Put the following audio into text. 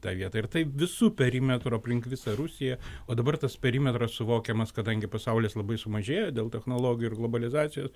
tą vietą ir taip visu perimetru aplink visą rusiją o dabar tas perimetras suvokiamas kadangi pasaulis labai sumažėjo dėl technologijų ir globalizacijos